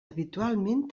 habitualment